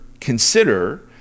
consider